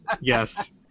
yes